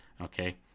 okay